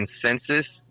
consensus